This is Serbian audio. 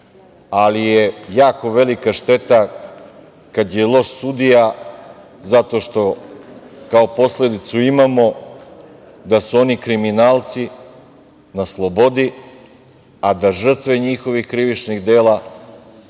ali je jako velika šteta kad je loš sudija zato što kao posledicu imamo da su oni kriminalci na slobodi, a da žrtve njihovih krivičnih dela